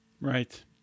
Right